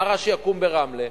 מר רע שיקומו ברמלה?